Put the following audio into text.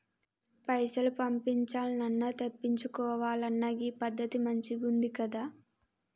పైసలు పంపించాల్నన్నా, తెప్పిచ్చుకోవాలన్నా గీ పద్దతి మంచిగుందికదా